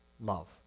love